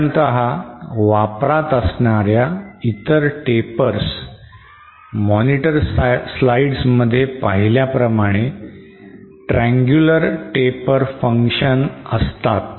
साधारणतः वापरात असणाऱ्या इतर tapers monitor slides मध्ये पाहिल्याप्रमाणे triangular taper function असतात